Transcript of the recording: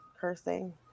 cursing